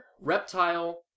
reptile